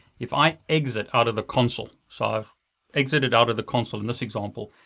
if i exit out of the console, so i've exited out of the console in this example,